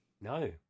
No